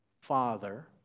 Father